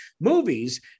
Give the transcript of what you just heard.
movies